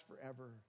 forever